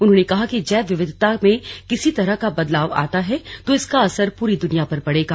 उन्होंने कहा कि जैव विविधता में किसी तरह का बदलाव आता है तो इसका असर पूरी दुनिया पर पड़ेगा